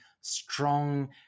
strong